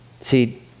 See